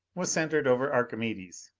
was centered over archimedes.